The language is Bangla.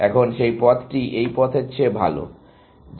এখন সেই পথটি এই পথের চেয়ে ভাল যেটির দৈর্ঘ্য 16